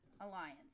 alliance